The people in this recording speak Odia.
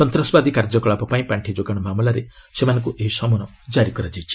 ସନ୍ତାସବାଦୀ କାର୍ଯ୍ୟକଳାପ ପାଇଁ ପାଣ୍ଡି ଯୋଗାଣ ମାମଲାରେ ସେମାନଙ୍କୁ ଏହି ସମନ ଜାରି କରାଯାଇଛି